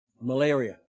malaria